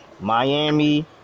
Miami